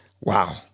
wow